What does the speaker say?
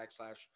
backslash